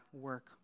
work